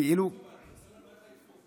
כאילו -- איך הייחוס, אבל?